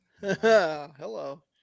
Hello